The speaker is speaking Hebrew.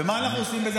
ומה אנחנו עושים בזה?